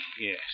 Yes